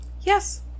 yes